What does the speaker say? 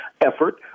effort